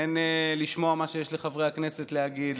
כן לשמוע מה שיש לחברי הכנסת להגיד,